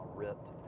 ripped